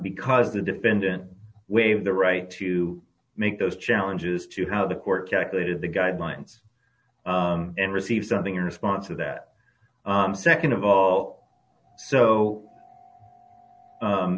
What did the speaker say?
because the defendant waived the right to make those challenges to how the court calculated the guidelines and received something in response to that nd of all so